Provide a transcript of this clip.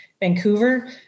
Vancouver